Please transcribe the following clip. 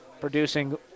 producing